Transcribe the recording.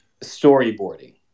storyboarding